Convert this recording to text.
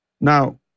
Now